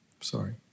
Sorry